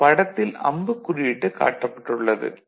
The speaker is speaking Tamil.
இது படத்தில் அம்புக்குறியிட்டுக் காட்டப்பட்டுள்ளது